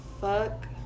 Fuck